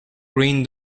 green